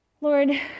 Lord